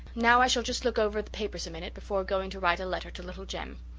now i shall just look over the papers a minute before going to write a letter to little jem.